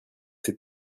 que